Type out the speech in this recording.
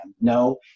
No